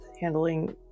handling